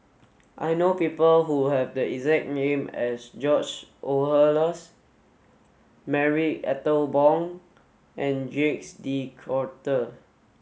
I know people who have the exact name as George Oehlers Marie Ethel Bong and Jacques De Coutre